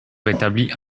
rétablit